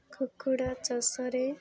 କୁକୁଡ଼ା ଚାଷରେ